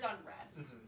unrest